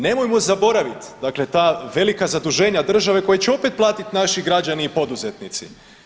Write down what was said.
Nemojmo zaboravit dakle ta velika zaduženja države koji će opet platiti naši građani i poduzetnici.